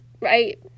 right